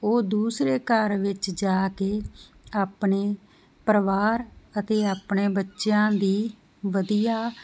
ਇਕ ਉਹ ਦੂਸਰੇ ਘਰ ਵਿੱਚ ਜਾ ਕੇ ਆਪਣੇ ਪਰਿਵਾਰ ਅਤੇ ਆਪਣੇ ਬੱਚਿਆਂ ਦੀ ਵਧੀਆ